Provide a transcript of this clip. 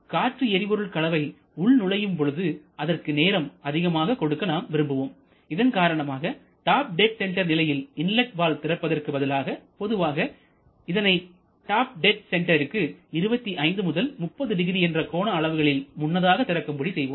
காற்று எரிபொருள் கலவை உள் நுழையும் பொழுது அதற்கு நேரம் அதிகமாக கொடுக்க நாம் விரும்புவோம் இதன் காரணமாக டாப் டெட் சென்டர் நிலையில் இன்லட் வால்வு திறப்பதற்கு பதிலாக பொதுவாக இதனை டாப் டெட் சென்டருக்கு 25 to 300 என்ற கோண அளவுகளின் முன்னதாக திறக்கும்படி செய்வோம்